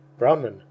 Brahman